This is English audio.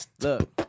look